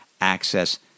access